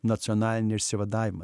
nacionalinį išsivadavimą